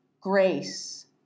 grace